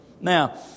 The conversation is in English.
Now